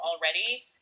already